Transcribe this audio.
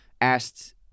asked